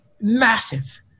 massive